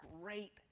great